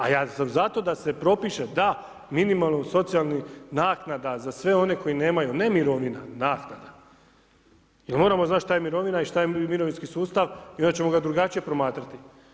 A ja sam za to da se propiše da minimalno socijalni naknada za sve one koji nemaju, ne mirovina, naknada, jer moramo znati što je mirovina, i što je mirovinski sustav, i onda ćemo ga drugačije promatrati.